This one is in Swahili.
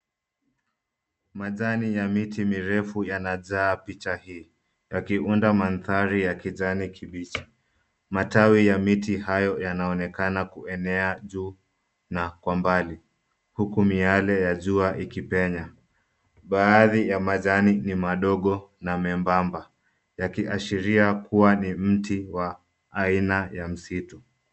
Majani ya miti mirefu yanajaa picha hii, yakiunda mandhari ya kijani kibichi. Matawi ya miti hayo yanaonekana kuenea juu na kwa mbali, huku miale ya jua ikipenya. Baadhi ya majani ni madogo na membamba, yakiashiria kuwa ni mti wa aina ya msitu.